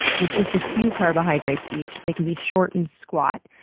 with just a few carbohydrates each. they can be short and squat,